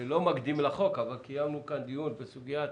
קיימנו כאן דיון בסוגית